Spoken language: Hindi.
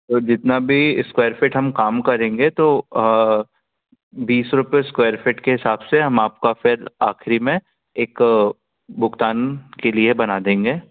तो जितना भी स्क्वैर फिट हम काम करेंगे तो बीस रूपये स्क्वैर फिट के हिसाब से हम आपका फिर आखिरी में एक भुगतान के लिए बना देंगे